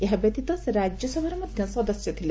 ଏହାବ୍ୟତୀତ ସେ ରାଜ୍ୟସଭାର ମଧ୍ୟ ସଦସ୍ୟ ଥିଲେ